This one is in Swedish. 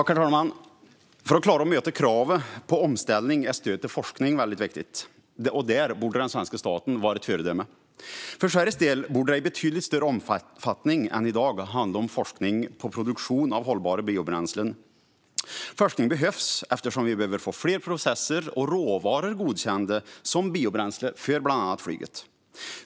Herr talman! För att klara att möta kraven på omställning är stöd till forskning väldigt viktigt, och där borde den svenska staten vara ett föredöme. För Sveriges del borde det i betydligt större omfattning än i dag handla om forskning om produktion av hållbara biobränslen. Forskning behövs eftersom vi behöver få fler processer och råvaror godkända som biobränsle för bland annat flyget.